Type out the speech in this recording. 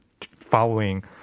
following